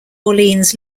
orleans